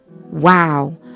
wow